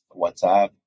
WhatsApp